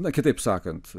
na kitaip sakant